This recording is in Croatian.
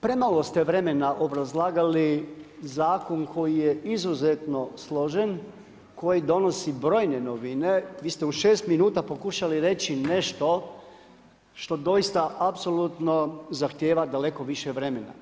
Premalo ste vremena obrazlagali zakon koji je izuzetno složen, koji donosi brojne novine, vi ste u 6 minuta pokušali reći nešto što doista apsolutno zahtijeva daleko više vremena.